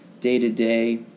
day-to-day